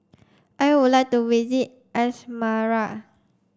I would like to visit Asmara